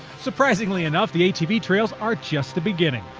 surprisingly enough, the atv trails are just the beginning.